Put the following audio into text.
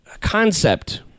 concept